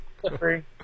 slippery